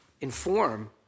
inform